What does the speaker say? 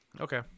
okay